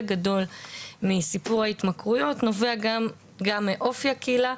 גדול מסיפור ההתמכרויות נובע גם מאופי הקהילה,